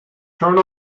turn